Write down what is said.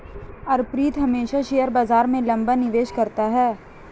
अर्पित हमेशा शेयर बाजार में लंबा निवेश करता है